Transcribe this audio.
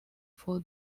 for